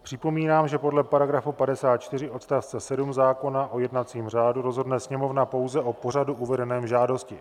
Připomínám, že podle § 54 odst. 7 zákona o jednacím řádu rozhodne Sněmovna pouze o pořadu uvedeném v žádosti.